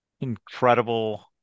incredible